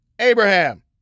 Abraham